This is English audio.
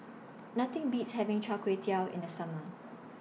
Nothing Beats having Char Kway Teow in The Summer